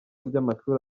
by’amashuri